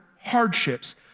hardships